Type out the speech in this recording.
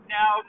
now